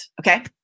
Okay